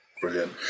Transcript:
Brilliant